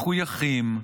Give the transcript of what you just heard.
מחויכים,